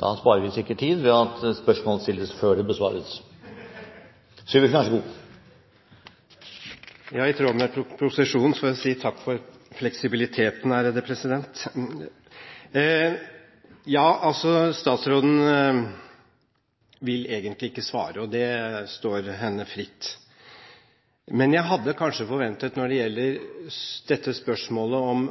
Da sparer vi sikkert tid ved at spørsmålet stilles før det besvares. I tråd med proposisjonen får jeg si takk for fleksibiliteten her. Statsråden vil egentlig ikke svare, og det står henne fritt. Men jeg hadde kanskje forventet når det gjelder spørsmålet om